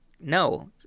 no